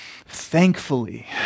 thankfully